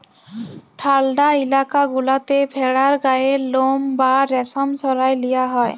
ঠাল্ডা ইলাকা গুলাতে ভেড়ার গায়ের লম বা রেশম সরাঁয় লিয়া হ্যয়